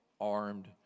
armed